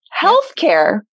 Healthcare